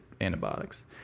antibiotics